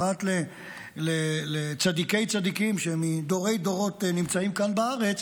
פרט לצדיקי-צדיקים שמדורי-דורות נמצאים כאן בארץ,